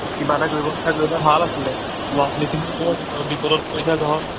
কিবা এটা কৰিব ব্যৱস্থা এটা ভাল আছিলে ল'ৰা ছোৱালীখিনিও বৰ বিপদত পৰিছে ধৰ